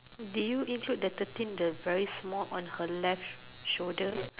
did you include the thirteen the very small on her left shoulder